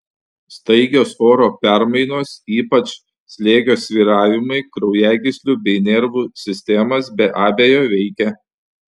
staigios oro permainos ypač slėgio svyravimai kraujagyslių bei nervų sistemas be abejo veikia